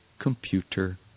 computer